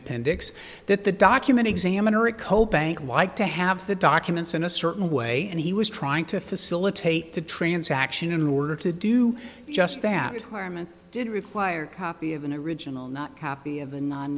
appendix that the document examiner ecole bank like to have the documents in a certain way and he was trying to facilitate the transaction in order to do just that requirements did require copy of an original not copy of the non